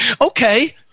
Okay